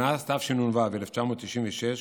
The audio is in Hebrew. מאז תשנ"ו, 1996,